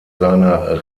seiner